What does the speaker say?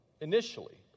initially